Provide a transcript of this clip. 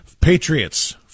Patriots